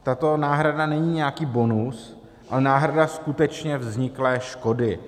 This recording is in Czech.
Tato náhrada není nějaký bonus, ale náhrada skutečně vzniklé škody.